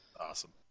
Awesome